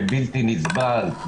זה בלתי נסבל.